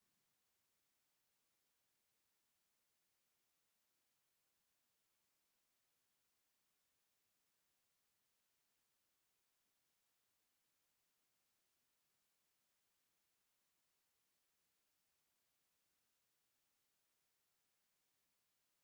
Kundi la watu wazima wanaume kwa wanawake walio kaa kwenye viti kuzunguka meza zilizo tengenzwa kwa mbao na kufunikwa kwanvitambaa wakimsikiliza mwalimu alio Kati Kati yao. Kwa ajiri ya kupata elimu na ujuzi.